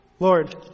Lord